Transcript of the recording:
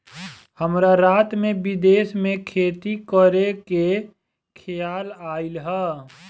हमरा रात में विदेश में खेती करे के खेआल आइल ह